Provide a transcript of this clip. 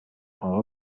اقا